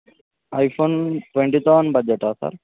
iPhone twenty thousand బడ్జెటా sir